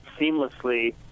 seamlessly